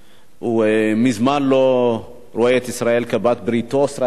מזמן לא רואה את ישראל כבעלת-בריתו האסטרטגית.